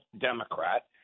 Democrat